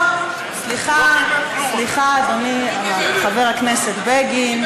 לא קיבל כלום, סליחה, אדוני, חבר הכנסת בגין.